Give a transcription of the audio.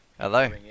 Hello